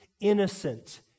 innocent